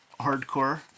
hardcore